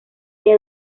ella